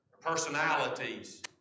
personalities